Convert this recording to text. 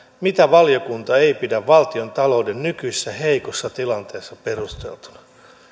mitä valiokunta ei pidä valtiontalouden nykyisessä heikossa tilanteessa perusteltuna